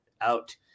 out